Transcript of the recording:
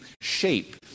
shape